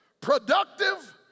productive